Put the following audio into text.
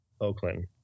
Oakland